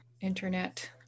internet